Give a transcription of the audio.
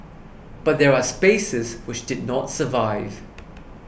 but there are spaces which did not survive